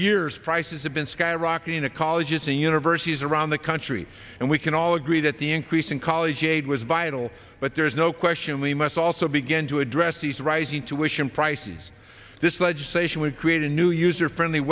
years prices have been skyrocketing at colleges and universities around the country and we can all agree that the increase in college aid was vital but there is no question we must also begin to address these rising tuition prices this legislation would create a new user friendly